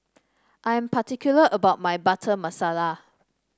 I am particular about my Butter Masala